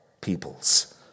peoples